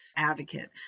advocate